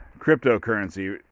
cryptocurrency